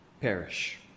perish